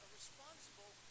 responsible